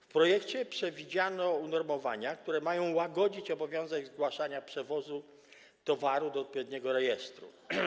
W projekcie przewidziano unormowania, które mają łagodzić obowiązek zgłaszania przewozu towaru do odpowiedniego rejestru.